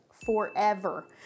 forever